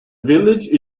village